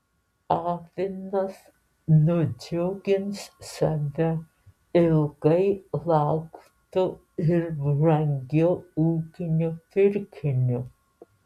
avinas nudžiugins save ilgai lauktu ir brangiu ūkiniu pirkiniu